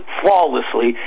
flawlessly